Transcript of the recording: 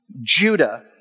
Judah